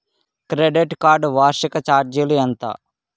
Credit card వార్షిక ఛార్జీలు ఎంత?